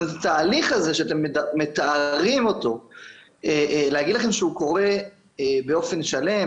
התהליך הזה שאתם מתארים אותו - להגיד לכם שהוא קורה באופן שלם,